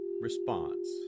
response